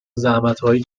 زحمتایی